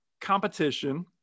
competition